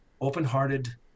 open-hearted